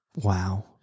Wow